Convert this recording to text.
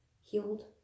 Healed